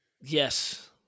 Yes